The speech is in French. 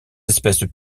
espèces